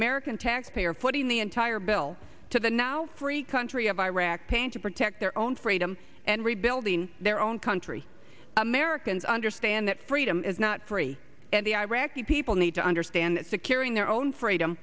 american taxpayer footing the entire bill to the now free country of iraq pain to protect their own freedom and rebuilding their own country americans understand that freedom is not free and the iraqi people need to understand that securing their own freedom